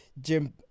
Jim